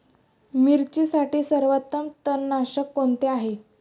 मिरचीसाठी सर्वोत्तम तणनाशक कोणते आहे?